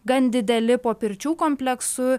gan dideli po pirčių kompleksu